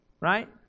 right